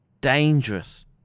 dangerous